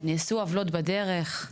נעשו עוולות בדרך,